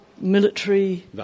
military